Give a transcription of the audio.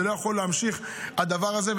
זה לא יכול להימשך, הדבר הזה.